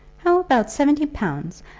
how about seventy pounds!